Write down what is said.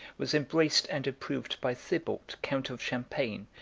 was embraced and approved by thibaut count of champagne,